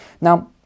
Now